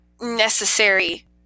necessary